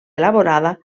elaborada